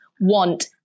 want